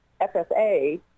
FFA